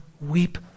Weep